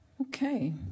Okay